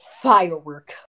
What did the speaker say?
firework